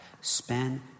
spend